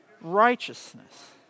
righteousness